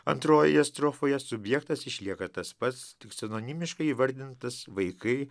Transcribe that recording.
antrojoje strofoje subjektas išlieka tas pats tik sinonimiškai įvardintas vaikai